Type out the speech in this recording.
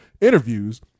interviews